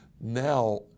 Now